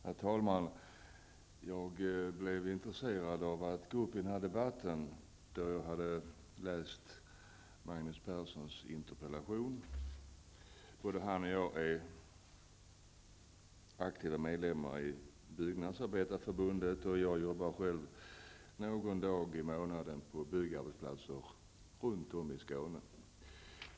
Herr talman! Jag blev intresserad av att gå upp i den här debatten när jag hade läst Magnus Perssons interpellation. Både han och jag är aktiva medlemmar av Byggnadsarbetareförbundet. Jag jobbar själv någon dag i månaden på byggarbetsplatser runt om i Skåne.